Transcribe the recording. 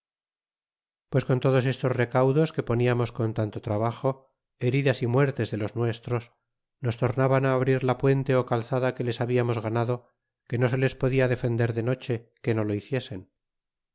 pues con todos estos recaudos que poniamos con tanto trabajo heridas y muertes de los nuestros nos tornaban abrir la puente calzada que les hablamos ganado que no se les podia defender de noche que no lo hiciesen